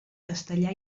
castellà